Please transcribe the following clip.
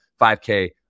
5K